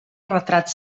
retrat